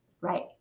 Right